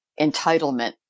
entitlement